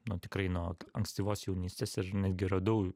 nuo tikrai nuo ankstyvos jaunystės ir netgi radau